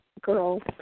girl